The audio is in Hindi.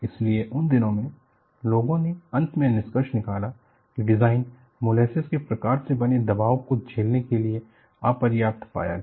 इसलिए उन दिनों में लोगों ने अंत में निष्कर्ष निकाला की डिजाइन मोलेसेस के प्रसार से बने दबाव को झेलने के लिए अपर्याप्त पाया गया